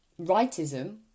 Rightism